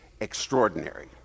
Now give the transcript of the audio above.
extraordinary